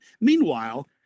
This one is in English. Meanwhile